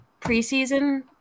preseason